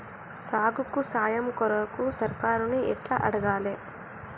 సాగుకు సాయం కొరకు సర్కారుని ఎట్ల అడగాలే?